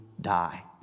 die